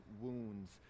wounds